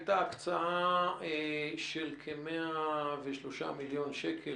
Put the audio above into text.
הייתה הקצאה של כ-103 מיליון שקל,